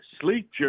Sleep